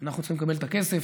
אנחנו צריכים לקבל את הכסף.